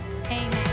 amen